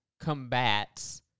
combats